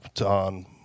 on